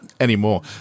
anymore